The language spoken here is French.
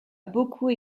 beaucoup